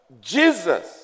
Jesus